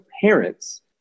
parents